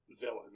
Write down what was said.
villain